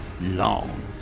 long